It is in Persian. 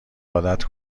عادت